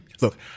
look